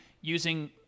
using